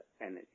energy